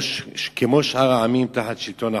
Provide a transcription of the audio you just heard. כמו שאר העמים, תחת שלטון החוק.